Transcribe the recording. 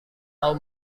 mau